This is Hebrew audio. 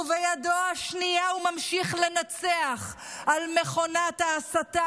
ובידו השנייה הוא ממשיך לנצח על מכונת ההסתה